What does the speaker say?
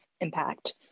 impact